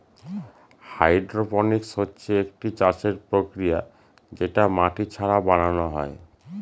hydroponics হচ্ছে একটি চাষের প্রক্রিয়া যেটা মাটি ছাড়া বানানো হয়